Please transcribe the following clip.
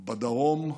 בדרום,